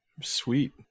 Sweet